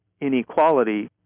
inequality